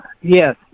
Yes